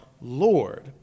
Lord